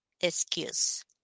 excuse